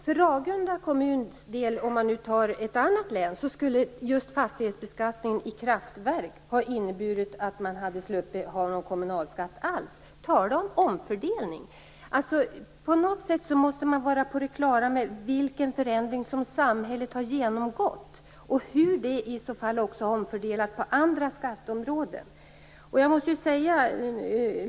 För Ragunda kommun, för att nämna en kommun i ett annat län, skulle just fastighetsbeskattningen beträffande kraftverk ha inneburit att man slapp kommunalskatt över huvud taget. Tala om omfördelning! På något sätt måste man vara på det klara med vilken förändring som samhället har genomgått och hur det i så fall har slagit i form av omfördelningar på andra skatteområden.